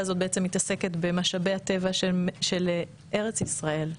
הזאת מתעסקת במשאבי הטבע של ארץ ישראל.